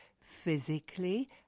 physically